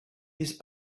his